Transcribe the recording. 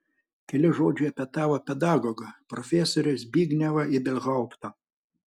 keli žodžiai apie tavo pedagogą profesorių zbignevą ibelhauptą